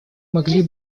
могли